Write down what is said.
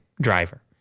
driver